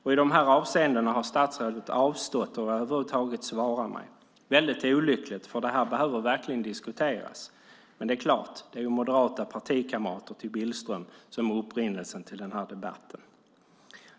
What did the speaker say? I dessa avseenden har statsrådet avstått från att över huvud taget svara mig. Det är väldigt olyckligt, för det här behöver verkligen diskuteras. Men det är klart, det är ju moderata partikamrater till Billström som är upprinnelsen till den här debatten.